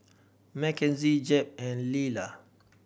Mckenzie Jeb and Lilah